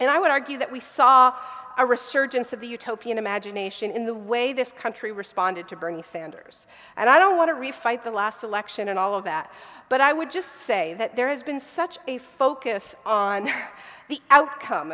and i would argue that we saw a resurgence of the utopian imagination in the way this country responded to bernie sanders and i don't want to refight the last election and all of that but i would just say that there has been such a focus on the outcome